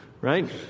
Right